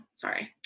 Sorry